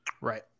Right